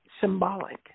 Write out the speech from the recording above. symbolic